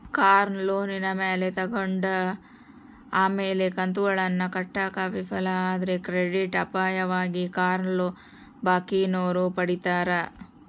ಕಾರ್ನ ಲೋನಿನ ಮ್ಯಾಲೆ ತಗಂಡು ಆಮೇಲೆ ಕಂತುಗುಳ್ನ ಕಟ್ಟಾಕ ವಿಫಲ ಆದ್ರ ಕ್ರೆಡಿಟ್ ಅಪಾಯವಾಗಿ ಕಾರ್ನ ಬ್ಯಾಂಕಿನೋರು ಪಡೀತಾರ